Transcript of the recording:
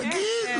תגיד,